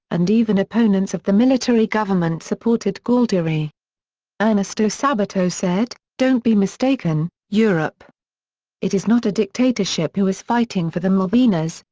and even opponents of the military government supported galtieri ernesto sabato said don't be mistaken, europe it is not a dictatorship who is fighting for the malvinas,